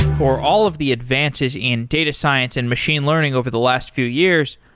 for all of the advances in data science and machine learning over the last few years,